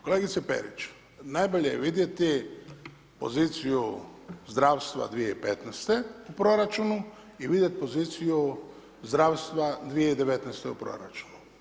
Kolegice Perić, najbolje je vidjeti poziciju zdravstva 2015. u proračunu i vidjeti poziciju zdravstva 2019. u proračunu.